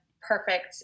perfect